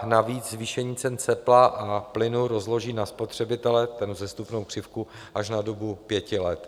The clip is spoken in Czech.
Navíc zvýšení cen tepla a plynu rozloží na spotřebitele, tedy vzestupnou křivku, až na dobu pěti let.